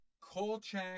Kolchak